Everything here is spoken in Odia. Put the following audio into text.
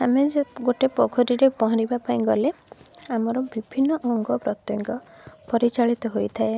ଆମେ ଯେ ଗୋଟେ ପୋଖରୀରେ ପହଁରିବା ପାଇଁ ଗଲେ ଆମର ବିଭିନ୍ନ ଅଙ୍ଗ ପ୍ରତ୍ୟଙ୍ଗ ପରିଚାଳିତ ହୋଇଥାଏ